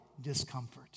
discomfort